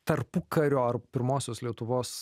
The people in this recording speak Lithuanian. tarpukario ar pirmosios lietuvos